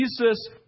Jesus